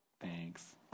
Thanks